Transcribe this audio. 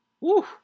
Woo